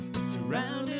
surrounded